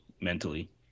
mentally